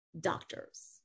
doctors